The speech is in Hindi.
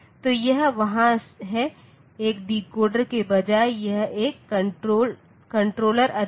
तो यह वहाँ है एक डिकोडर के बजाय यह एक कंट्रोलर अधिक है